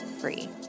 free